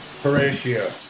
Horatio